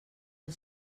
del